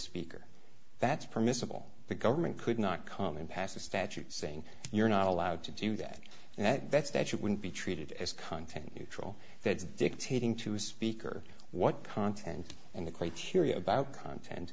speaker that's permissible the government could not come in past the statute saying you're not allowed to do that that that statute wouldn't be treated as content neutral that is dictating to a speaker what content and the criteria about content